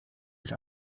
ich